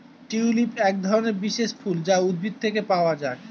tulip একধরনের বিশেষ ফুল যা উদ্ভিদ থেকে পাওয়া যায়